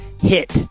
hit